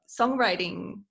songwriting